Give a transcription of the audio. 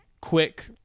quick